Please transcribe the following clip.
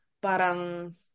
Parang